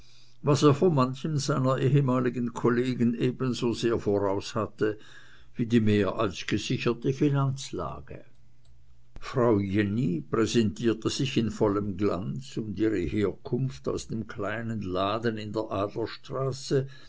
was er vor manchem seiner ehemaligen kollegen ebensosehr voraushatte wie die mehr als gesicherte finanzlage frau jenny präsentierte sich in vollem glanz und ihre herkunft aus dem kleinen laden in der